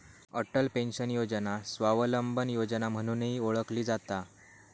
Atal pension योजना स्वावलंबन योजना म्हणूनही ओळखली जाता